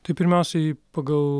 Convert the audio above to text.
tai pirmiausiai pagal